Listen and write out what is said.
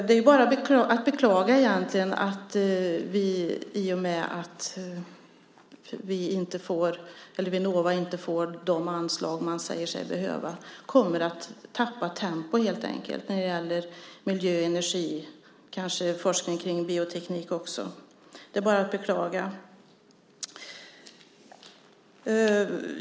Det är bara att beklaga att vi i och med att Vinnova inte får de anslag man säger sig behöva helt enkelt kommer att tappa tempo när det gäller miljö, energi och kanske även forskning kring bioteknik. Det är bara att beklaga.